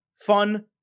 fun